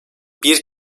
bir